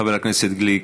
חבר הכנסת גליק,